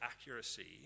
accuracy